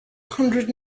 hundred